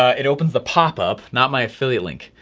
ah it opens the pop up, not my affiliate link,